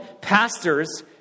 Pastors